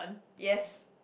yes